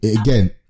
again